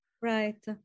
Right